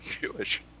Jewish